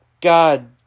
God